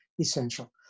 essential